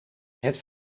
het